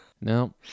No